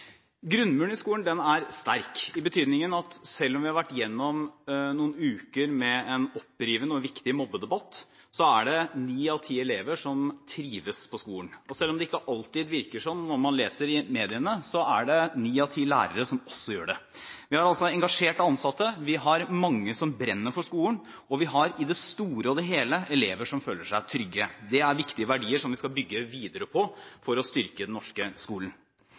Grunnmuren i skolen er sterk, i den betydning at selv om vi har vært gjennom noen uker med en opprivende – og viktig – mobbedebatt, så er det slik at ni av ti elever trives på skolen, og selv om det ikke alltid virker slik når man leser i mediene, så trives også ni av ti lærere. Vi har altså engasjerte ansatte, vi har mange som brenner for skolen, og vi har elever som i det store og hele føler seg trygge. Dette er viktige verdier som vi skal bygge videre på for å styrke den norske skolen.